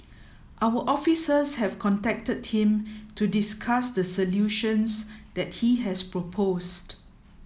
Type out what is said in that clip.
our officers have contacted him to discuss the solutions that he has proposed